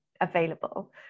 available